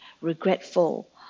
regretful